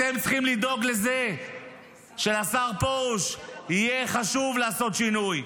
אתם צריכים לדאוג לזה שלשר פרוש יהיה חשוב לעשות שינוי.